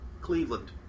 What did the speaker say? Cleveland